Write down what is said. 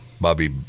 Bobby